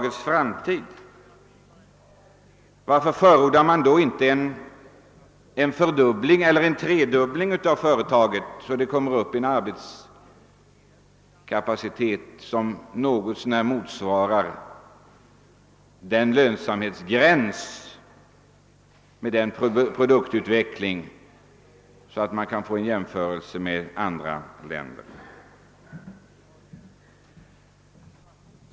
Om så är fallet, varför förordar han då inte en fördubbling eller tredubbling av företaget, så att det kommer upp i en arbetskapacitet som gör det möjligt att företa jämförelser med andra länder.